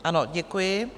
Ano, děkuji.